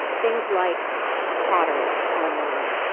things like pottery online.